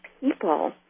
people